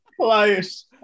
close